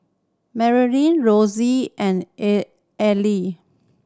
Maryanne Rosie and Erlene